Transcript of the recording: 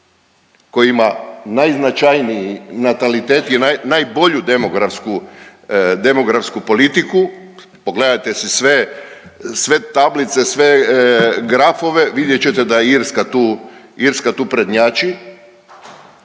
koji ima najznačajniji natalitet i naj, najbolju demografsku, demografsku politiku. Pogledajte si sve, sve tablice, sve grafove, vidjet ćete da je Irska tu, Irska